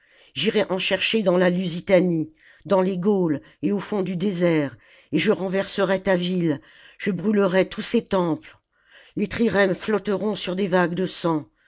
j'irai en chercher dans la lusitanie dans les gaules et au fond du désert et je renverserai ta ville je brûlerai tous ses temples les trirèmes flotteront sur des vagues de sang